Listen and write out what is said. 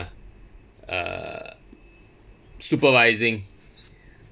uh supervising